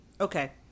Okay